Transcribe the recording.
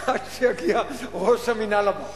עד שיגיע ראש המינהל הבא.